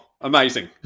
Amazing